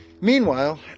Meanwhile